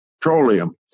petroleum